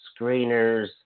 screeners